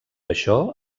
això